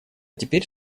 теперь